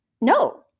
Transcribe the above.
No